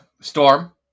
Storm